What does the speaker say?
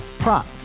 Prop